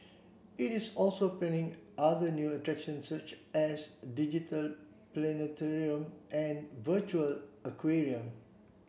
it is also planning other new attractions such as a digital planetarium and a virtual aquarium